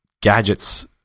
gadgets